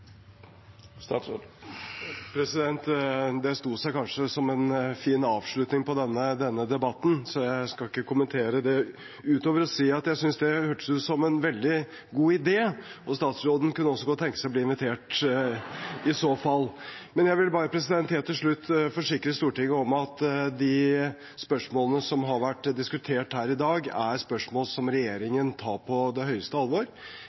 Det sto seg kanskje som en fin avslutning på denne debatten, så jeg skal ikke kommentere det utover å si at jeg synes det hørtes ut som en veldig god idé, og statsråden kunne også godt tenke seg å bli invitert, i så fall! Men jeg vil bare helt til slutt forsikre Stortinget om at de spørsmålene som har vært diskutert her i dag, er spørsmål som regjeringen tar på det høyeste alvor.